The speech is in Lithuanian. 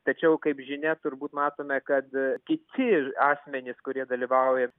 tačiau kaip žinia turbūt matome kad kiti asmenys kurie dalyvauja